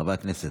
חברי הכנסת.